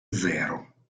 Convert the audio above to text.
zero